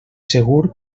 segur